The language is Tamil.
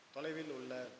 தொலைவில் உள்ள